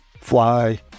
fly